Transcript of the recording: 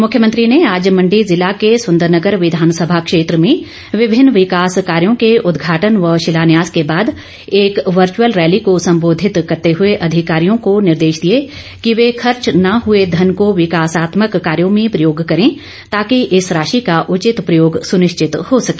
मुख्यमंत्री ने आज मण्डी जिला के संदरनगर विधानसभा क्षेत्र में विभिन्न विकास कार्यो के उदघाटन व शिलान्यास के बाद एक वर्चुअल रैली को सम्बोधित करते हुए अधिकारियों को निर्देश दिए कि वह खर्च न हुए धन को विकासात्मक कार्यों में प्रयोग करें ताकि इस राशि का उचित प्रयोग सुनिश्चित हो सके